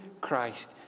Christ